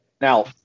now